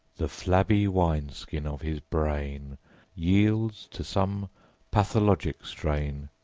the flabby wine-skin of his brain yields to some pathologic strain,